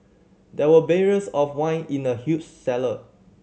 there were barrels of wine in the huge cellar